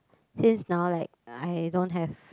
since now like I don't have